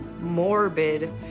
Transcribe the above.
morbid